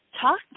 talk